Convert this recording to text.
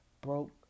broke